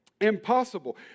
impossible